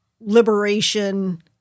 liberation